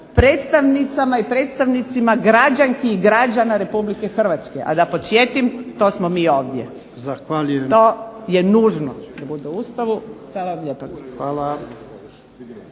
predstavnicama i predstavnicima građanki i građana Republike Hrvatske, a da podsjetim, to smo mi ovdje. **Jarnjak, Ivan